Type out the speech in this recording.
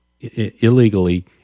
illegally